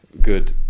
good